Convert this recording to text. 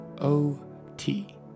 O-T